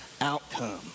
outcome